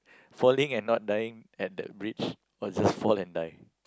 falling and not dying at the bridge or just fall and die